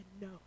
no